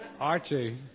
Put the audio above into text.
Archie